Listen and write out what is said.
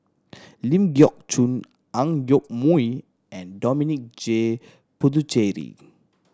Ling Geok Choon Ang Yoke Mooi and Dominic J Puthucheary